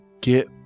get